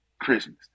Christmas